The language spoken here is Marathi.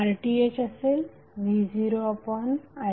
RThअसेल v0i0